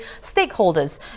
stakeholders